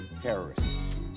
terrorists